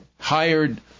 hired